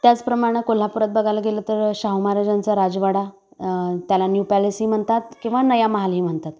त्याचप्रमाणे कोल्हापुरात बघायला गेलं तर शाहू महाराजांचा राजवाडा त्याला न्यू पॅलेसही म्हणतात किंवा नया महालही म्हणतात